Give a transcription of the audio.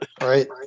Right